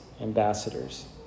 ambassadors